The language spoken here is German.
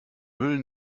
müll